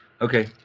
Okay